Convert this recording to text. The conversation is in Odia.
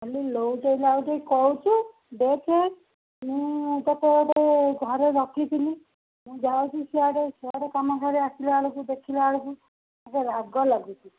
ଖାଲି ଲେଉଟାଇ ଲାଉଟାଇ କହୁଛୁ ଦେଖେ ମୁଁ ତୋତେ ଗୋଟେ ଘରେ ରଖିଥିଲି ମୁଁ ଯାଉଛି ସିଆଡ଼େ ସିଆଡ଼େ କାମ ସାରି ଆସିଲା ବେଳକୁ ଦେଖିଲା ବେଳକୁ ମୋତେ ରାଗ ଲାଗୁଛି